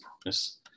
promise